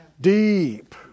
deep